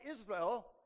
Israel